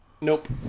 Nope